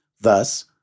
Thus